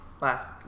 Last